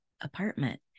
apartment